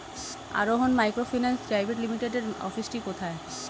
আরোহন microfinance private লিমিটেডের অফিসটি কোথায়?